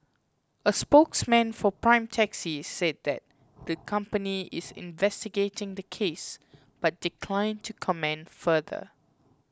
a spokesman for Prime Taxi said that the company is investigating the case but declined to comment further